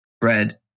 bread